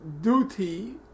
duty